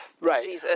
right